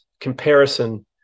comparison